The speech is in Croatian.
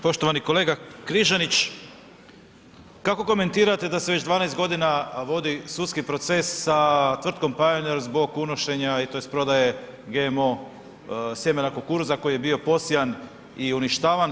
Poštovani kolega Križanić, kako komentirate da se već 12 g. vodi sudski proces sa tvrtkom Pioneer zbog unošenja i tj. prodaje GMO sjemena kukuruza koji je bio posijan i uništavan?